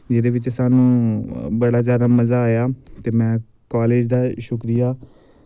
जेह्दे बिच्च स्हानू बड़ा जादा मज़ा आया ते में कालेज़ दा शुक्रिया